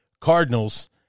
Cardinals